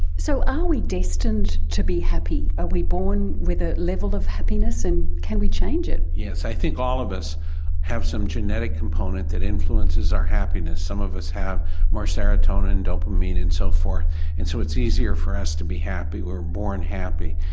so are we destined to be happy, are we born with a level of happiness and can we change it? yes, i think all of us have some genetic component that influences our happiness. some of us have more serotonin and dopamine and so forth and so it's easier for us to be happy, we're born happy,